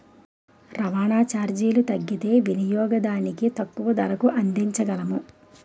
రవాణా చార్జీలు తగ్గితే వినియోగదానికి తక్కువ ధరకు అందించగలము